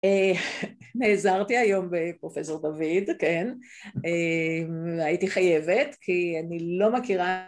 נעזרתי היום בפרופ' דוד, כן, הייתי חייבת, כי אני לא מכירה